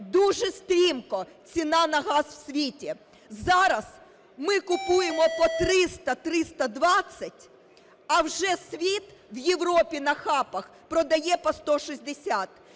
дуже стрімко ціна на газ в світі. Зараз ми купуємо по 300-320, а вже світ в Європі на хабах продає по 160,